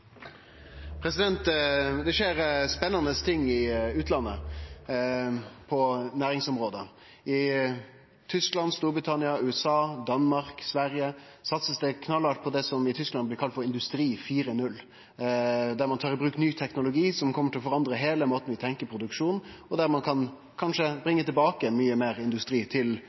Det skjer spennande ting i utlandet på næringsområda. I Tyskland, Storbritannia, USA, Danmark og Sverige blir det satsa knallhardt på det ein i Tyskland kallar Industri 4.0, der ein tar i bruk ny teknologi som kjem til å forandre heile måten vi tenkjer produksjon på, og der ein kan – kanskje – bringe tilbake mykje meir industri til